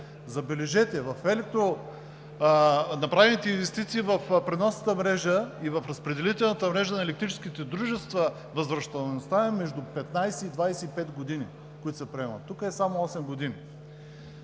Забележете, направените инвестиции в преносната мрежа и в разпределителната мрежа на електрическите дружества, възвръщаемостта е между 15 и 25 години, които се приемат, а тук е само 8 години.